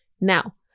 Now